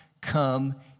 come